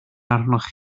arnoch